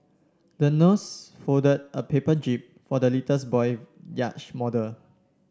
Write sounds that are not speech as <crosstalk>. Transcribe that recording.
the nurse folded a paper jib for the <unintelligible> boy yacht model